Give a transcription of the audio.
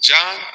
John